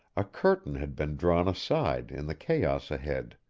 a curtain had been drawn aside in the chaos ahead.